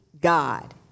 God